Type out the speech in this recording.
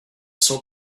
cent